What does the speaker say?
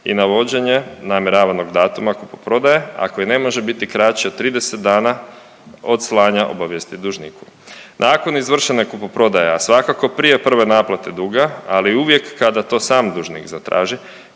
i navođenje namjeravanog datuma kupoprodaje, a koje ne može biti kraće od 30 dana od slanja obavijesti dužniku. Nakon izvršene kupoprodaje, a svakako prije prve naplate duga, ali uvijek kada to sam dužnik zatraži,